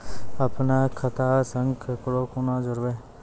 अपन खाता संग ककरो कूना जोडवै?